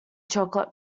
chocolate